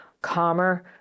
calmer